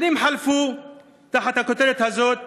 השנים חלפו תחת הכותרת הזאת,